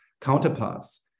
counterparts